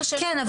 כן,